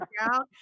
out